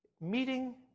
Meeting